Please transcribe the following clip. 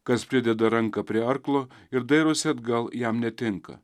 kas prideda ranką prie arklo ir dairosi atgal jam netinka